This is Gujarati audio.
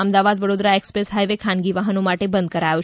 Ahmedabad Vadodara express highway ખાનગી વાહનો માટે બંધ કરાયો